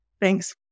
Thanks